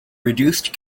reduced